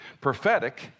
Prophetic